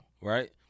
right